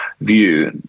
view